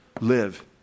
Live